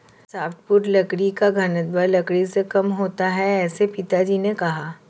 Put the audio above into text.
softwood लकड़ी का घनत्व लकड़ी से कम होता है ऐसा पिताजी ने कहा